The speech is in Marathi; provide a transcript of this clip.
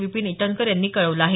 विपीन इटनकर यांनी कळवलं आहे